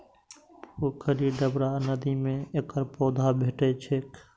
पोखरि, डबरा आ नदी मे एकर पौधा भेटै छैक